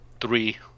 three